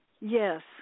Yes